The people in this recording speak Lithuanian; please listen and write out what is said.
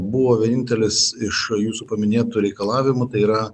buvo vienintelis iš jūsų paminėtų reikalavimų tai yra